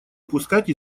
упускать